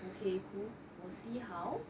okay cool we'll see how